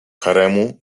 haremu